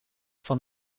van